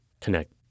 connect